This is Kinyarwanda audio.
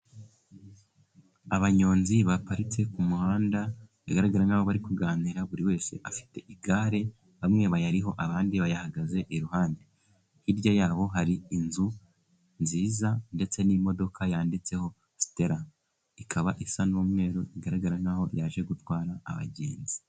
Abanyonzi baparitse ku muhanda bigaragara nk'aho bari kuganira, buri wese afite igare, bamwe bayariho abandi bayahagaze iruhande, hirya yabo hari inzu nziza ndetse n'imodoka yanditseho sitera, ikaba isa n'umweru bigaragara nk'aho yaje gutwara abagenzi.